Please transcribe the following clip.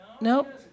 Nope